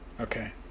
okay